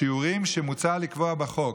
בשיעורים שמוצע לקבוע בחוק,